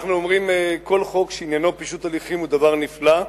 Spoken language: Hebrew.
אנחנו אומרים שכל חוק שעניינו פישוט הליכים הוא דבר נפלא,